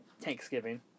Thanksgiving